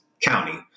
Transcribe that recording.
county